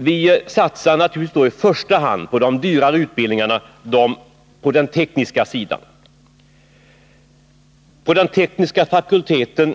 Vi satsar i första hand på de dyrare utbildningarna, de på den tekniska sidan. På de tekniska fakulteterna